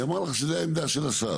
היא אמרה לך שזו העמדה של השר.